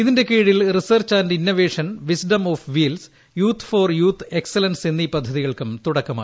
ഇതിന്റെ കീഴിൽ research and innovation wisdom of wheels youth for youth excellence എന്നീ പദ്ധതികൾക്കും തുടക്കമായി